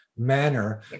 manner